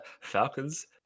Falcons